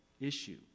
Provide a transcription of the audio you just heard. issue